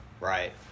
Right